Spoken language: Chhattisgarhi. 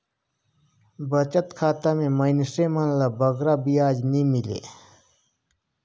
बचत खाता में मइनसे मन ल बगरा बियाज नी मिले